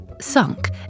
sunk